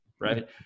right